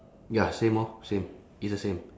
ya same orh same it's the same